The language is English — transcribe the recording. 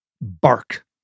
bark